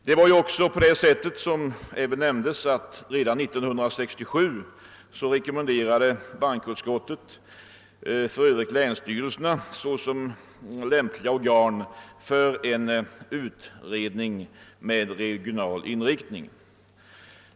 Som också nämnts rekommenderade bankoutskottet redan 1967 länsstyrelserna såsom lämpliga organ för en utredning med regional inriktning.